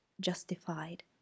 justified